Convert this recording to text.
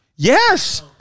Yes